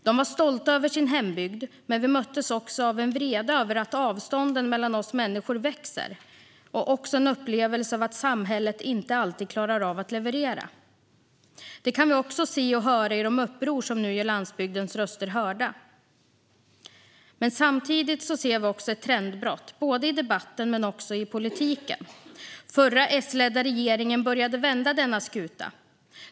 De var stolta över sin hembygd, men vi möttes också av en vrede över att avstånden mellan oss människor växer och en upplevelse av att samhället inte alltid klarar av att leverera. Det kan vi också se och höra i de uppror som nu gör landsbygdens röster hörda. Samtidigt ser vi ett trendbrott i debatten men också i politiken. Den förra S-ledda regeringen började vända denna skuta.